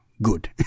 good